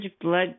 blood